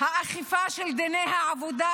האכיפה של דיני העבודה